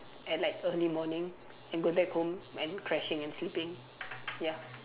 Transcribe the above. at like early morning and go back home and crashing and sleeping ya